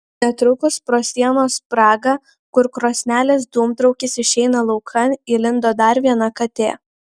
netrukus pro sienos spragą kur krosnelės dūmtraukis išeina laukan įlindo dar viena katė